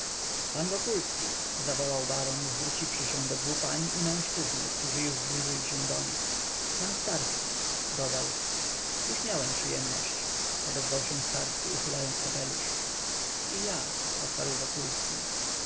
pan wokulski zawołał baron zwróciwszy się do dwu pań i mężczyzny którzy już zbliżyli się do nich pan starski dodał już miałem przyjemność odezwał się starski uchylając kapelusz i ja oparł wokulski